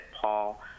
Paul